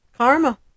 karma